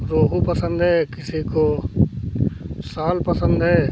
रोहू पसंद है किसी को साल पसंद है